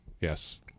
Yes